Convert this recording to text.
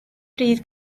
bryd